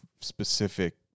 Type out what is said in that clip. specific